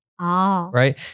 Right